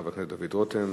חבר הכנסת דוד רותם.